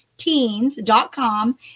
teens.com